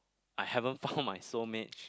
I haven't found my soul mate